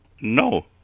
No